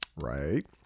Right